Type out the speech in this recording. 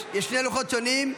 יש שני לוחות שונים.